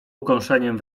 ukąszeniem